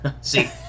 See